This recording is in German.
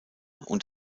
und